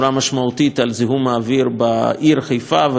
זיהום האוויר בעיר חיפה ובסביבותיה.